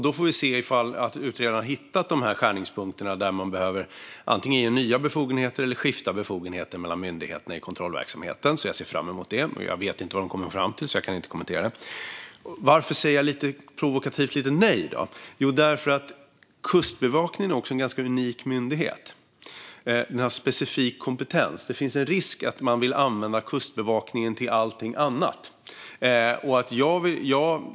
Då får vi se om utredaren har hittat skärningspunkterna där man behöver antingen ge nya befogenheter eller skifta befogenheter mellan myndigheterna i kontrollverksamheten. Jag ser fram emot det. Jag vet inte vad de kommer fram till, så jag kan inte kommentera det. Varför säger jag då lite provokativt även nej? Jo, därför att Kustbevakningen är en unik myndighet med specifik kompetens. Det finns en risk att man vill använda Kustbevakningen till allt möjligt annat.